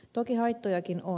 toki haittojakin on